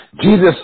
Jesus